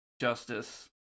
Justice